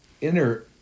inner